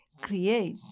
create